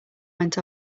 went